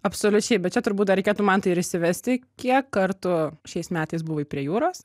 absoliučiai bet čia turbūt dar reikėtų mantai ir įsivesti kiek kartų šiais metais buvai prie jūros